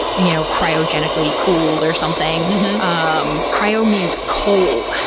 you know cryogenically cooled or something um cryo means cold.